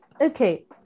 Okay